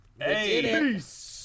peace